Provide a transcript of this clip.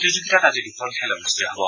প্ৰতিযোগিতাত আজি দুখন খেল অনুষ্ঠিত হ'ব